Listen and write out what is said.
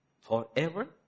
Forever